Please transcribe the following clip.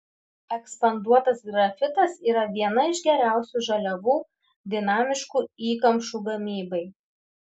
ekspanduotas grafitas yra viena iš geriausių žaliavų dinamiškų įkamšų gamybai